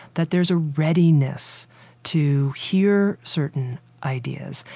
that there's a readiness to hear certain ideas.